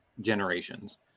generations